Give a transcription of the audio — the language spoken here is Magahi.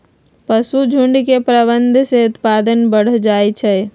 पशुझुण्ड के प्रबंधन से उत्पादन बढ़ जाइ छइ